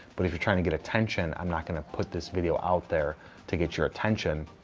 but if you're trying to get attention, i'm not going to put this video out there to get your attention.